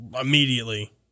immediately